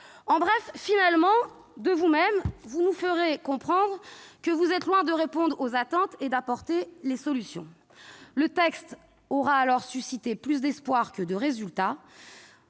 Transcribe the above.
En bref, de vous-même, vous nous ferez comprendre que vous êtes loin de répondre aux attentes et d'apporter les solutions. Le texte aura alors suscité plus d'espoir que de résultats.